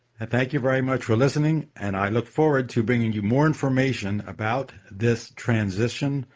and thank you very much for listening. and i look forward to bringing you more information about this transition,